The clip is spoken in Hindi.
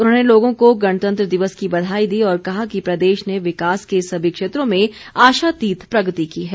उन्होंने लोगों को गणतंत्र दिवस की बधाई दी और कहा कि प्रदेश ने विकास के सभी क्षेत्रों में आशातीत प्रगति की है